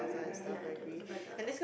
ya the the bazaar